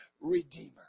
redeemer